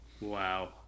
Wow